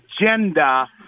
agenda